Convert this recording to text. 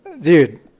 Dude